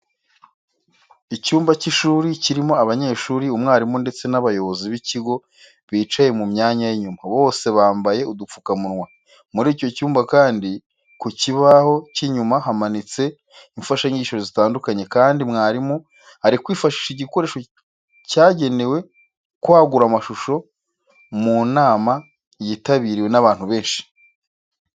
Icyumba cy'ishuri kirimo abanyeshuri, umwarimu ndetse n'abayobozi b'ikigo bicaye mu myanya y'inyuma. Bose bambaye udupfukamunwa. Muri icyo cyumba kandi ku kibaho cy'inyuma hamanitse imfashanyigisho zitandukanye kandi mwarimu ari kwifashisha igikoresho cyagenewe kwagura amashusho mu nama yitabiriwe n'abantu benshi.